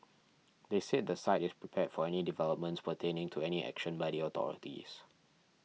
they said the site is prepared for any developments pertaining to any action by the authorities